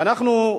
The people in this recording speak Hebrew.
ואנחנו,